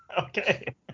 Okay